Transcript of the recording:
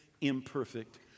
imperfect